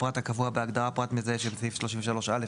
הפרט הקבוע בהגדרה "פרט מזהה" שבסעיף 33(א).